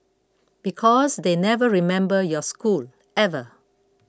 because they never remember your school ever